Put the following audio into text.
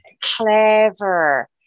clever